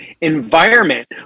environment